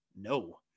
No